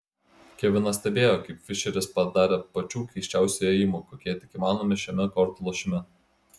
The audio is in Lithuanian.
kevinas stebėjo kaip fišeris padarė pačių keisčiausių ėjimų kokie tik įmanomi šiame kortų lošime